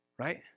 right